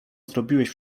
zrobiłeś